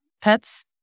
pets